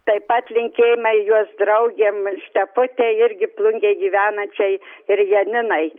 taip pat linkėjimai jos draugėm steputei irgi plungėj gyvenančiai ir janinai